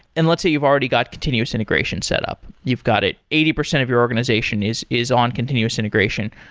and let's say you've already got continuous integration set up, you've got it eighty percent of your organization is is on continuous integration,